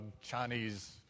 Chinese